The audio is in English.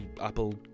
apple